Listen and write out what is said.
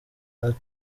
art